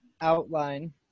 outline